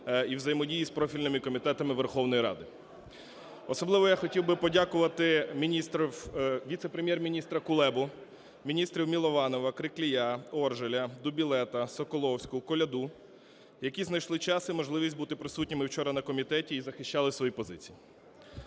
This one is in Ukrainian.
і взаємодію з профільними комітетами Верховної Ради. Особливо я хотів би подякувати міністру, віце-прем'єр-міністра Кулебу, міністрів Милованова, Криклія, Оржеля, Дубілета, Соколовську, Коляду, які знайшли час і можливість бути присутніми вчора на комітеті і захищали свої позиції.